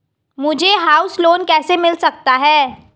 मुझे house loan कैसे मिल सकता है?